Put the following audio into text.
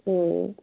হুম